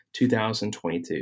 2022